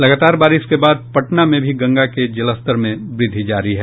लगातार बारिश के बाद पटना में भी गंगा के जलस्तर में वृद्धि जारी है